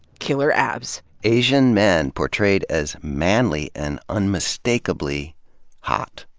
killer abs. asian men portrayed as manly and unmistakably hot.